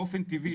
באופן טבעי,